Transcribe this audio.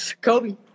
Kobe